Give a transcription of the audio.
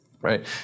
right